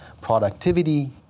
productivity